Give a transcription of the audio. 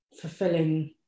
fulfilling